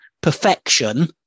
perfection